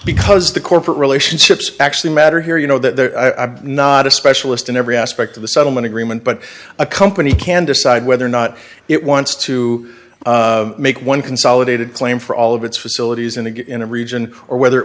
because the corporate relationships actually matter here you know that i'm not a specialist in every aspect of the settlement agreement but a company can decide whether or not it wants to make one consolidated claim for all of its facilities and to get in the region or whether it